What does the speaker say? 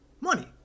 Money